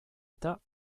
état